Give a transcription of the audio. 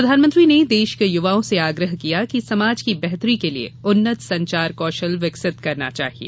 प्रधानमंत्री ने देश के युवाओं से आग्रह किया कि समाज की बेहतरी के लिए उन्नत संचार कौशल विकसित करना चाहिए